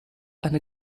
eine